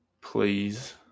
Please